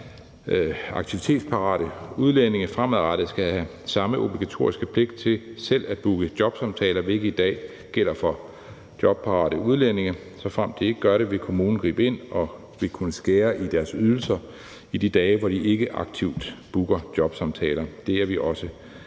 aktivitetsparate udlændinge fremadrettet skal have samme obligatoriske pligt til selv at booke jobsamtaler, som i dag gælder for jobparate udlændinge. Såfremt de ikke gør det, vil kommunen gribe ind og vil kunne skære i deres ydelser i de dage, hvor de ikke aktivt booker jobsamtaler. Det er vi også